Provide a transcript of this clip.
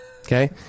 okay